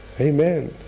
Amen